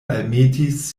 almetis